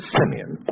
Simeon